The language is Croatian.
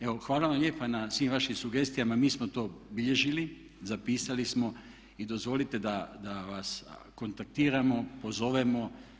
Evo hvala vam lijepa na svim vašim sugestijama, mi smo to bilježili, zapisali smo i dozvolite da vas kontaktiramo, pozovemo.